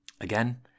again